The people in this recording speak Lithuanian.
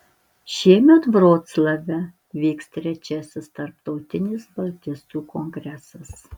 šiemet vroclave vyks trečiasis tarptautinis baltistų kongresas